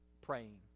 praying